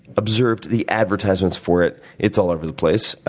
observed the advertisements for it it's all over the place,